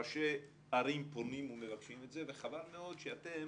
ראשי ערים פונים ומבקשים את זה וחבל מאוד שאתם